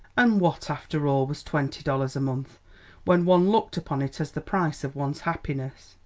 and what, after all, was twenty dollars a month when one looked upon it as the price of one's happiness?